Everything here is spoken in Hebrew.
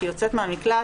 כשהיא יוצאת מהמקלט,